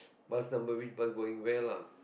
bus number which bus going where lah